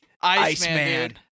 Iceman